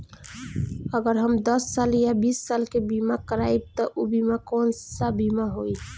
अगर हम दस साल या बिस साल के बिमा करबइम त ऊ बिमा कौन सा बिमा होई?